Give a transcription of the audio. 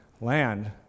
land